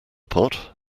pot